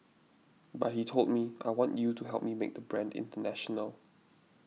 but he told me I want you to help me make the brand international